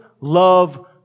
love